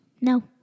No